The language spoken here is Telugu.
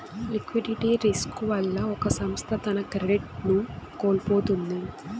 లిక్విడిటీ రిస్కు వల్ల ఒక సంస్థ తన క్రెడిట్ ను కోల్పోతుంది